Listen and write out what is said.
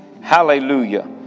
Hallelujah